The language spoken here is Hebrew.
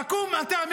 תקום אתה,